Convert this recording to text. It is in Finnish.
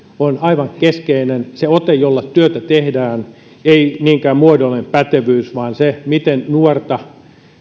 on aivan keskeinen se ote jolla työtä tehdään ei niinkään muodollinen pätevyys vaan se miten nuorta